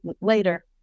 later